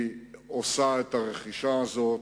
היא עושה את הרכישה הזאת,